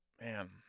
Man